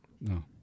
No